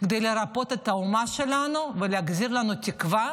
כדי לרפא את האומה שלנו ולהחזיר לנו תקווה